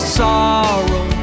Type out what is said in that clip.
sorrow